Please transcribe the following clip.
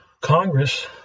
Congress